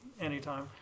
anytime